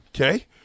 okay